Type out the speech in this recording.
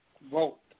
vote